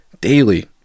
daily